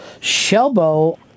Shelbo